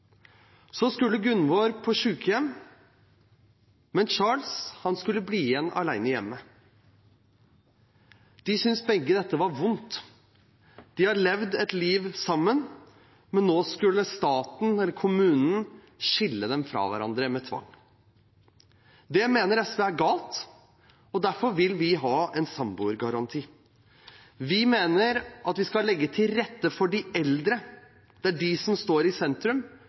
Så skulle Gunvor på sykehjem, mens Charles skulle bli igjen alene hjemme. De syntes begge dette var vondt. De hadde levd et liv sammen, men nå skulle kommunen skille dem fra hverandre med tvang. Det mener SV er galt, og derfor vil vi ha en samboergaranti. Vi mener at vi skal legge til rette for de eldre. Det er de som står i sentrum,